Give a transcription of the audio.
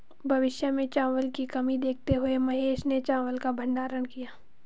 भविष्य में चावल की कमी देखते हुए महेश ने चावल का भंडारण किया